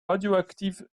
radioactive